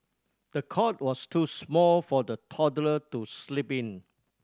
the cot was too small for the toddler to sleep in